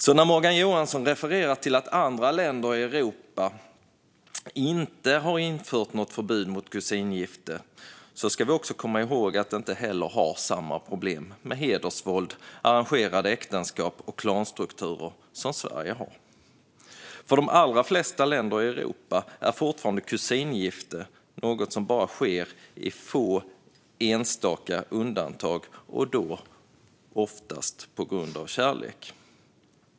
Så när Morgan Johansson refererar till att andra länder i Europa inte har infört något förbud mot kusingifte ska vi också komma ihåg att de inte heller har samma problem med hedersvåld, arrangerade äktenskap och klanstrukturer som Sverige har. I de flesta länder i Europa är kusingifte fortfarande något som sker bara i enstaka fall och då oftast på grund av kärlek.